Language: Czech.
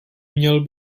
měl